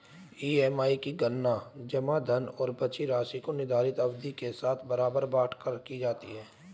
EMI की गणना जमा धन और बची राशि को निर्धारित अवधि के साथ बराबर बाँट कर की जाती है